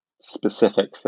specific